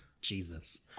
Jesus